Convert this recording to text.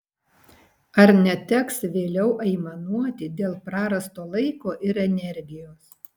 ar neteks vėliau aimanuoti dėl prarasto laiko ir energijos